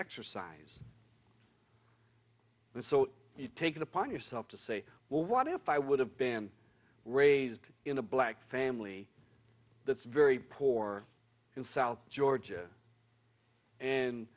exercise and so you take it upon yourself to say well what if i would have been raised in a black family that's very poor in south georgia and